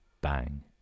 bang